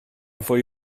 fwy